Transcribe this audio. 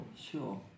Sure